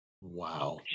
Wow